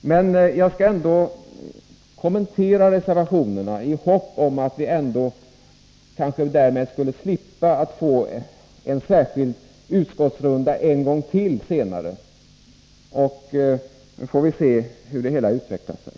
Men jag skall ändå kommentera reservationerna i hopp om att vi därmed kanske kan slippa att få en särskild utskottsrunda en gång till senare. Vi får se hur det hela utvecklar sig.